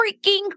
freaking